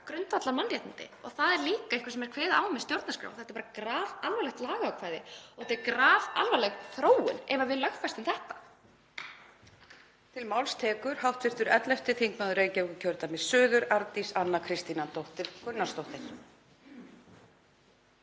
grundvallarmannréttindi og það er líka eitthvað sem er kveðið á um í stjórnarskrá. Þetta er bara grafalvarlegt lagaákvæði. Það er grafalvarleg þróun ef við lögfestum þetta.